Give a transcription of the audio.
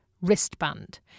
wristband